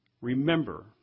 Remember